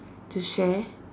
to share